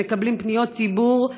שמקבלים פניות ציבור,